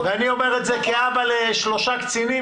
אני אומר את זה כאבא לשלושה קצינים